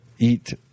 Eat